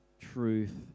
truth